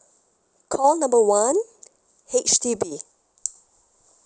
call number one H_D_B